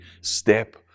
step